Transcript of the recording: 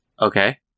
Okay